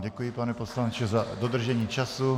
Děkuji vám, pane poslanče, za dodržení času.